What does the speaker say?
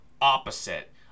opposite